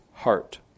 heart